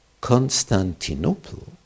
Constantinople